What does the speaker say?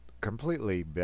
completely